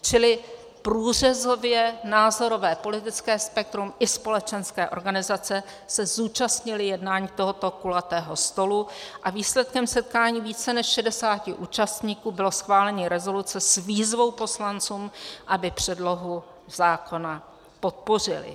Čili průřezové názorové politické spektrum i společenské organizace se zúčastnily jednání tohoto kulatého stolu a výsledkem setkání více než 60 účastníků bylo schválení rezoluce s výzvou poslancům, aby předlohu zákona podpořili.